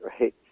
right